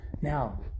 now